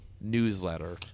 newsletter